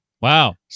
Wow